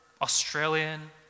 Australian